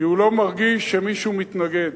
כי הוא לא מרגיש שמישהו מתנגד.